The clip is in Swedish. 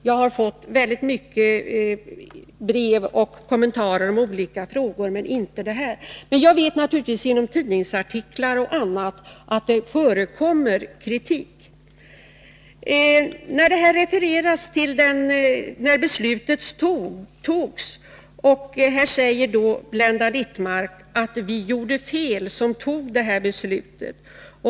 Jag har fått många brev och kommentarer till olika saker, men inte till denna. Men jag vet naturligtvis från tidningsartiklar och på annat sätt att det förekommer kritik. Blenda Littmarck sade att vi gjorde fel som fattade det här beslutet.